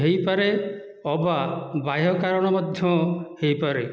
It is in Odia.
ହୋଇପାରେ ଅବା ବାହ୍ୟ କାରଣ ମଧ୍ୟ ହୋଇପାରେ